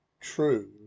true